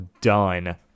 done